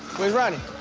where's ronnie?